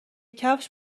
کفش